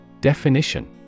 Definition